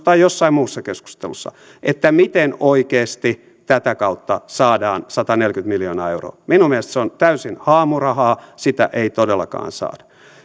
tai jossain muussa keskustelussa miten oikeasti tätä kautta saadaan sataneljäkymmentä miljoonaa euroa minun mielestäni se on täysin haamurahaa sitä ei todellakaan